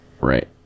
Right